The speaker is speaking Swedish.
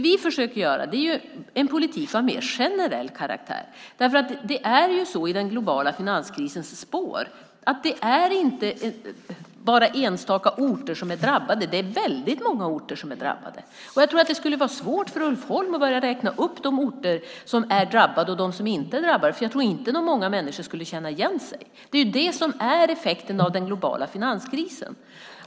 Vi försöker skapa en politik av mer generell karaktär. I den globala finanskrisens spår är det inte bara enstaka orter som är drabbade. Många orter är drabbade. Det skulle vara svårt för Ulf Holm att börja räkna upp orter som är drabbade och orter som inte är drabbade eftersom jag inte tror att många människor skulle känna igen sig. Det är effekten av den globala finanskrisen.